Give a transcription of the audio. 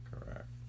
Correct